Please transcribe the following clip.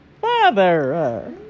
Father